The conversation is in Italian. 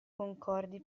concordi